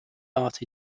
art